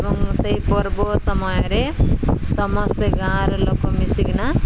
ଏବଂ ସେଇ ପର୍ବ ସମୟରେ ସମସ୍ତେ ଗାଁର ଲୋକ ମିଶିକିନା